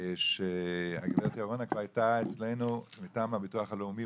שהגברת ירונה הייתה אצלנו מטעם הביטוח הלאומי,